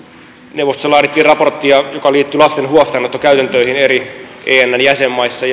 neuvostossa laadittiin raporttia joka liittyi lasten huostaanottokäytäntöihin eri enn jäsenmaissa